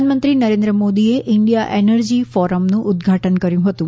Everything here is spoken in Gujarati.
પ્રધાનમંત્રી નરેન્દ્ર મોદીએ ઇન્ડીયા એનર્જી ફોરમનું ઉદઘાટન કર્યું હતું